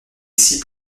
six